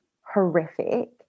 horrific